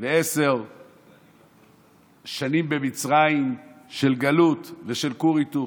210 שנים במצרים של גלות ושל כור היתוך.